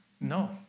No